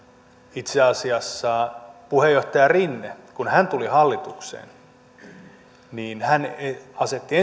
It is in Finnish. itse asiassa kun puheenjohtaja rinne tuli hallitukseen niin hän asetti